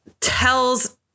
tells